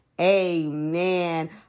Amen